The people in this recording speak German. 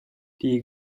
die